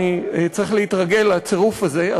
אני צריך להתרגל לצירוף הזה,